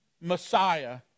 messiah